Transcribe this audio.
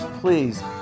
Please